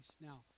Now